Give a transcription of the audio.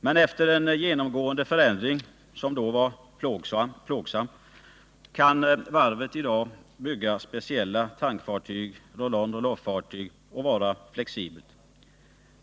Men efter en genomgående förändring, som då var plågsam, kan varvet i dag bygga speciella tankfartyg, roll-on-roll-off-fartyg, och vara flexibelt.